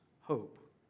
hope